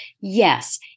yes